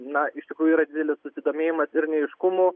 na iš tikrųjų yra didelis susidomėjimas ir neaiškumų